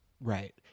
Right